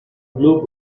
blue